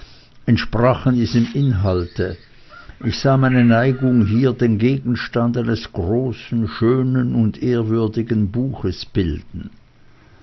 entsprachen diesem inhalte ich sah meine neigung hier den gegenstand eines großen schönen und ehrwürdigen buches bilden